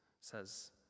says